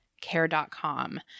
care.com